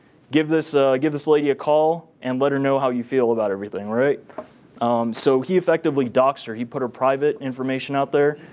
give this give this lady a call and let her know how you feel about everything. so he effectively doxed her, he put her private information out there.